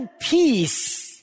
peace